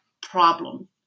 problem